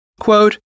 quote